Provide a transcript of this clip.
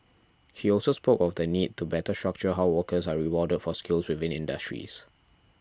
he also spoke of the need to better structure how workers are rewarded for skills within industries